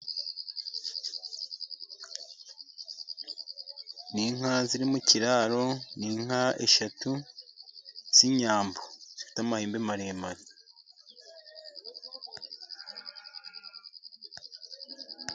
Ni inka ziri mu kiraro, ni inka eshatu z'inyambo. Zifite amahembe maremare.